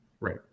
Right